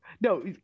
no